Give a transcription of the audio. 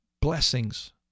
blessings